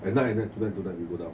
at night tonight tonight we go down